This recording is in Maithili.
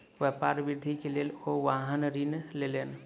व्यापार वृद्धि के लेल ओ वाहन ऋण लेलैन